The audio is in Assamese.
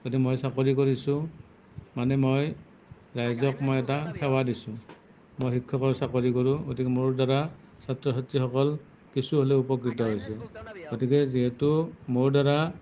যদি মই চাকৰি কৰিছোঁ মানে মই ৰাইজক মই এটা সেৱা দিছোঁ মই শিক্ষকৰ চাকৰি কৰোঁ গতিকে মোৰ দ্বাৰা ছাত্ৰ ছাত্ৰীসকল কিছু হ'লেও উপকৃত হৈছে গতিকে যিহেতু মোৰ দ্বাৰা